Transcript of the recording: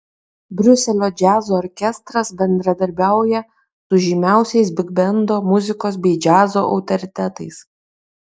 briuselio džiazo orkestras bendradarbiauja su žymiausiais bigbendo muzikos bei džiazo autoritetais